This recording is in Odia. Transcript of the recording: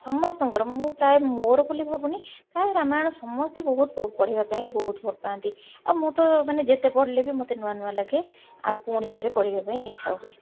ସମସ୍ତଙ୍କର ମୁଁ ପ୍ରାୟ ମୋର ବୋଲି ଭାବୁନି ପ୍ରାୟ ରାମାୟଣ ସମସ୍ତେ ବହୁତ ପଢ଼ିବା ପାଇଁ ବହୁତ ଭଲ ପାଆନ୍ତି ଆଉ ମୁଁ ତ ମାନେ ଯେତେ ପଢ଼ିଲେ ବି ମୋତେ ନୂଆ ନୂଆ ଲାଗେ ଆଉ ପୁଣି ଥରେ ପଢ଼ିବା ପାଇଁ ଇଚ୍ଛା ହୁଏ